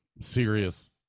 serious